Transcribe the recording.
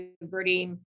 diverting